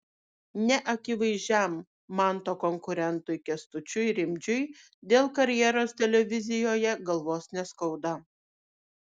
neakivaizdžiam manto konkurentui kęstučiui rimdžiui dėl karjeros televizijoje galvos neskauda